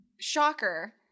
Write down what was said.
shocker